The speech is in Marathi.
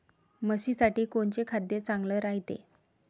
म्हशीसाठी कोनचे खाद्य चांगलं रायते?